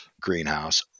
greenhouse